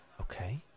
Okay